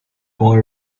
boy